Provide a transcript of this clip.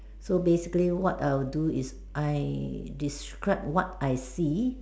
so basically what I'll do is I describe what I see